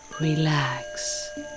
Relax